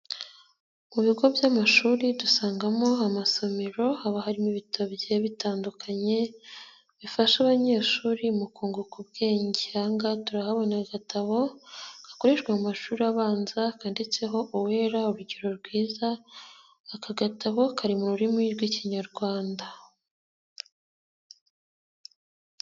Mu bigo by'amashuri dusangamo amasomero haba harimo ibitabo bigiye bitandukanye, bifasha abanyeshuri mu kunguka ubwenge ahangaha turahabona agatabo gakoreshwa mu mashuri abanza, kanditseho uwera urugero rwiza, aka gatabo kari mu rurimi rw'Ikinyarwanda.